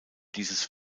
dieses